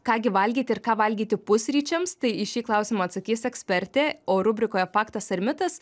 ką gi valgyti ir ką valgyti pusryčiams tai į šį klausimą atsakys ekspertė o rubrikoje faktas ar mitas